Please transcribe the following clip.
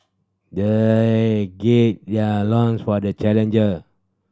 they gird their loins for the challenger